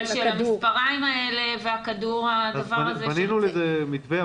אבל של המספריים האלה והכדור --- אז בנינו לזה מתווה,